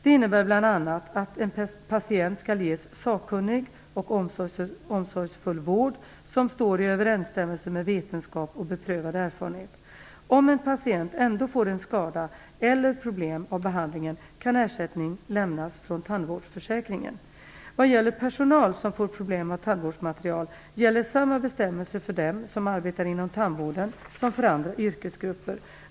Det innebär bl.a. att en patient skall ges sakkunnig och omsorgsfull vård som står i överensstämmelse med vetenskap och beprövad erfarenhet. Om en patient ändå får en skada eller problem av behandlingen kan ersättning lämnas från tandvårdsförsäkringen. Vad gäller personal som får problem av tandvårdsmaterial gäller samma bestämmelser för dem som arbetar inom tandvården som för andra yrkesgrupper.